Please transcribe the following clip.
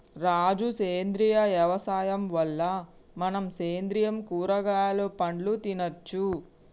రాజు సేంద్రియ యవసాయం వల్ల మనం సేంద్రియ కూరగాయలు పండ్లు తినచ్చు